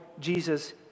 jesus